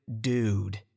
dude